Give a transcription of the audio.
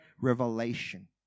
Revelation